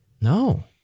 No